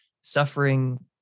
suffering